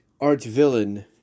arch-villain